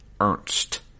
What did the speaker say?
Ernst